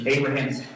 Abraham's